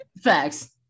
Facts